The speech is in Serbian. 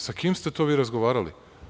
Sa kim ste vi to razgovarali?